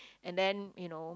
and then you know